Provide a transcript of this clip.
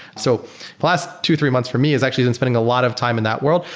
so the last two, three months for me is actually been spending a lot of time in that world,